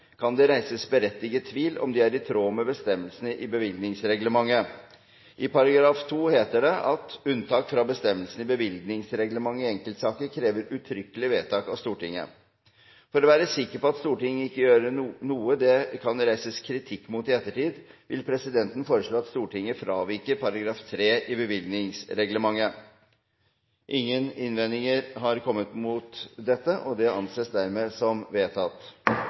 kan det reises berettiget tvil om de er i tråd med bestemmelsene i Bevilgningsreglementet. I § 2 heter det at «Unntak fra bestemmelsene i Bevilgningsreglementet i enkeltsaker krever uttrykkelig vedtak av Stortinget.» For å være sikker på at Stortinget ikke gjør noe som det kan reises kritikk mot i ettertid, vil presidenten foreslå at Stortinget fraviker § 3 i Bevilgningsreglementet. Ingen innvendinger har kommet mot det. – Det anses vedtatt. Dermed